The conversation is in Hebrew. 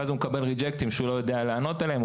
ואז הוא מקבל ריג'קטים שהוא לא יודע לענות עליהם,